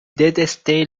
détestait